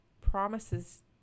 promises